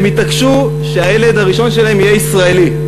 והם התעקשו שהילד הראשון שלהם יהיה ישראלי.